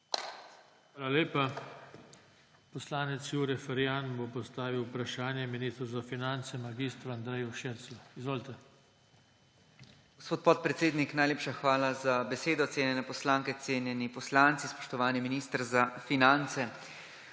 Hvala lepa. Poslanec Jure Ferjan bo postavil vprašanje ministru za finance mag. Andreju Širclju. Izvolite. JURE FERJAN (PS SDS): Gospod podpredsednik, najlepša hvala za besedo. Cenjene poslanke, cenjeni poslanci, spoštovani minister za finance!